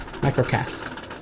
microcast